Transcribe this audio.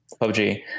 PUBG